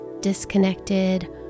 Disconnected